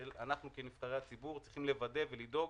נבחרי הציבור, צריכים לוודא ולדאוג,